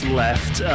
left